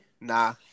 Nah